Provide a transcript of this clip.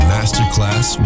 Masterclass